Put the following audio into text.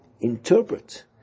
interpret